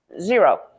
Zero